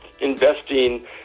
investing